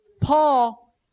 Paul